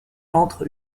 entre